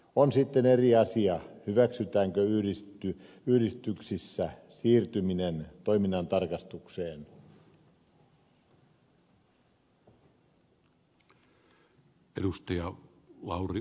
on sitten eri asia hyväksytäänkö yhdistyksissä siirtyminen toiminnantarkastukseen